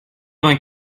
vingt